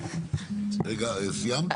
סיימת?